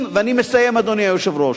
ואני מסיים, אדוני היושב-ראש.